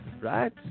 Right